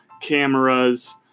cameras